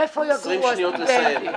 איפה יגורו הסטודנטים?